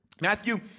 Matthew